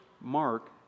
mark